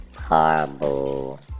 horrible